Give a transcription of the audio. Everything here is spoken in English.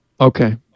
Okay